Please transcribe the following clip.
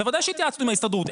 בוודאי שהתייעצנו עם ההסתדרות,